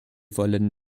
wollen